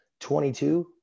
22